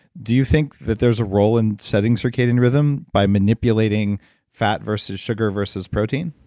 do you think that there's a role in setting circadian rhythm by manipulating fat versus sugar versus protein?